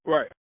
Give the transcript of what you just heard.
Right